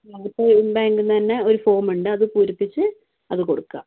അതിപ്പോൾ ഈ ബാങ്കിൽ നിന്ന് തന്നെ ഒരു ഫോം ഉണ്ട് അത് പൂരിപ്പിച്ച് അത് കൊടുക്കുക